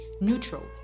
Neutral